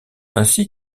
ainsi